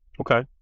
Okay